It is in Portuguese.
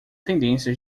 tendência